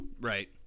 Right